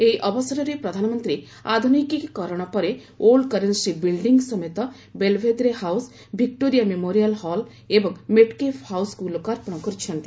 ଏହି ଅବସରରେ ପ୍ରଧାନମନ୍ତ୍ରୀ ଆଧୁନିକୀକରଣ ପରେ ଓଲ୍ଡ କରେନ୍ନି ବିଲ୍ଡିଂ ସମେତ Belvedere house Victoria memorial hall ଏବଂ ମେଟ୍କେଫ୍ ହାଉସ୍କୁ ଲୋକାର୍ପଣ କରିଛନ୍ତି